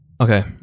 Okay